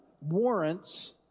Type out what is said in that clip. warrants